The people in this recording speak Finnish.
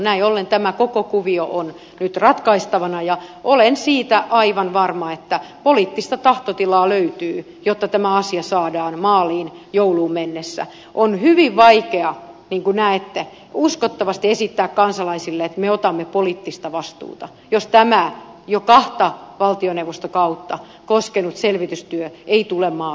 näin ollen tämä koko kuvio on nyt ratkaistavana ja olen siitä aivan varma että poliittista tahtotilaa löytyy jotta tämä asia saadaan maaliin jouluun mennessä on hyvin vaikeaa niin kuin näette uskottavasti esittää kansalaisille että me otamme poliittista vastuuta jos tämä jo kahta valtioneuvostokautta koskenut selvitystyö ei tule maaliin